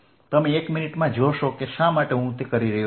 તમે એક મિનિટમાં જોશો કે શા માટે હું તે કરી રહ્યો છું